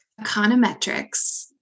Econometrics